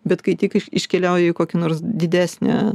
bet kai tik iš iškeliauji į kokį nors didesnį